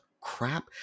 crap